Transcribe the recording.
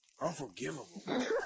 Unforgivable